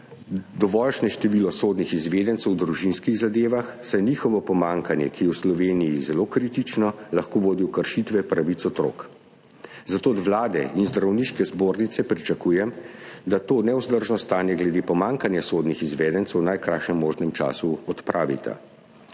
dovoljšne število sodnih izvedencev v družinskih zadevah, saj njihovo pomanjkanje, ki je v Sloveniji zelo kritično, lahko vodi v kršitve pravic otrok. Zato od Vlade in Zdravniške zbornice pričakujem, da to nevzdržno stanje glede pomanjkanja sodnih izvedencev v najkrajšem možnem času odpravita.